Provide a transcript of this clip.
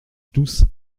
tousse